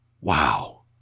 wow